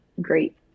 great